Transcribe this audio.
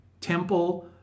temple